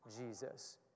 Jesus